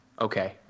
Okay